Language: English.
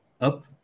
up